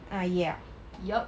uh ya yup